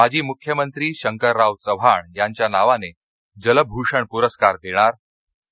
माजी मूख्यमंत्री शंकरराव चव्हाण यांच्या नावाने जलभूषण पूरस्काराची घोषणा आणि